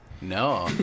No